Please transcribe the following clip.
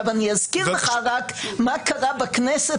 אני אזכיר לך מה קרה בכנסת